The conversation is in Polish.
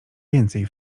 więcej